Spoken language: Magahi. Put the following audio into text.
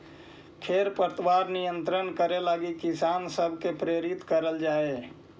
खेर पतवार नियंत्रण करे लगी किसान सब के प्रेरित करल जाए